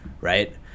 right